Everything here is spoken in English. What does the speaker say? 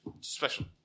Special